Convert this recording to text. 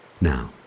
Now